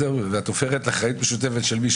את הופכת את זה לאחריות משותפת של מי?